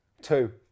two